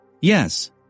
Yes